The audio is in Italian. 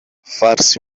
farsi